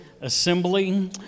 assembly